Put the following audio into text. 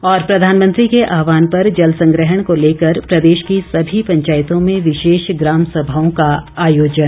और प्रधानमंत्री के आहवान पर जल संग्रहण को लेकर प्रदेश की सभी पंचायतों में विशेष ग्राम सभाओं का आयोजन